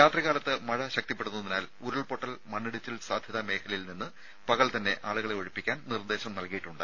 രാത്രികാലത്ത് മഴ ശക്തിപ്പെടുന്നതിനാൽ ഉരുൾപൊട്ടൽ മണ്ണിടിച്ചിൽ സാധ്യതാ മേഖലയിൽനിന്ന് പകൽ തന്നെ ആളുകളെ ഒഴിപ്പിക്കാൻ നിർദ്ദേശം നൽകിയിട്ടുണ്ട്